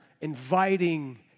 inviting